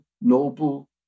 noble